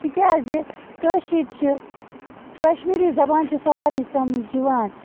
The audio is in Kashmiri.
تِکیٛازِ کٲشِرۍ چھِ کشمیٖری زبان چھےٚ سارنی سمٕج یِوان